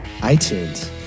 iTunes